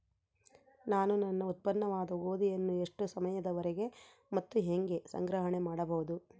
ನಾನು ನನ್ನ ಉತ್ಪನ್ನವಾದ ಗೋಧಿಯನ್ನು ಎಷ್ಟು ಸಮಯದವರೆಗೆ ಮತ್ತು ಹೇಗೆ ಸಂಗ್ರಹಣೆ ಮಾಡಬಹುದು?